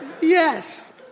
Yes